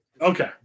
Okay